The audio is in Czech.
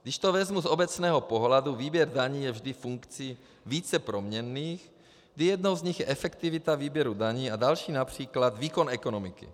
Když to vezmu z obecného pohledu, výběr daní je vždy funkcí více proměnných, kdy jednou z nich je efektivita výběru daní a další například výkon ekonomiky.